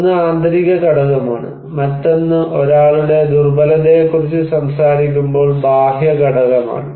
ഒന്ന് ആന്തരിക ഘടകമാണ് മറ്റൊന്ന് ഒരാളുടെ ദുർബലതയെക്കുറിച്ച് സംസാരിക്കുമ്പോൾ ബാഹ്യ ഘടകമാണ്